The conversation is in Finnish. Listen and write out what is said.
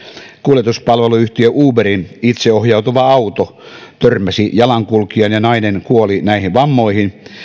kuljetuspalveluyhtiö uberin itseohjautuva auto törmäsi jalankulkijaan ja nainen kuoli näihin vammoihin